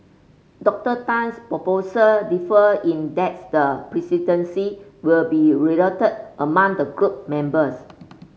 Doctor Tan's proposal differed in that's the presidency will be rotated among the group members